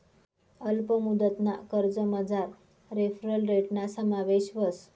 अल्प मुदतना कर्जमझार रेफरल रेटना समावेश व्हस